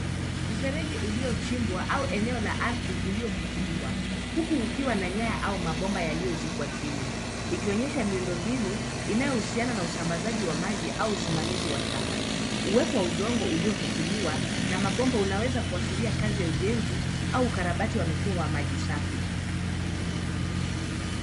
Mfereji uliochimbwa ama eneo la ardhi iliyofunguliwa huku kukiwa na nyaya na mabomba yaliyozikwa chini ikionyesha miundombinu inayohusiana na usambazji wa maji au usimamizi wa taka. Uwepo wa udongo uliofukuliwa na mabomba unaweza kuashiria kazi ya ujenzi au ukarabati wa mifumo ya maji safi.